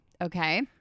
Okay